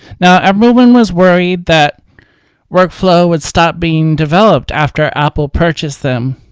now everyone was worried that workflow would stop being developed after apple purchased them.